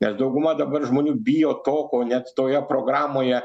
nes dauguma dabar žmonių bijo to ko net toje programoje